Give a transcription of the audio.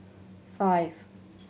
five